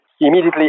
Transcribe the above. immediately